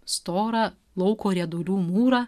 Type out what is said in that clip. storą lauko riedulių mūrą